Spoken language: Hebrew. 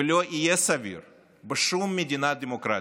ולא יהיה סביר בשום מדינה דמוקרטית.